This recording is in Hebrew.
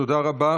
תודה רבה.